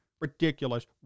Ridiculous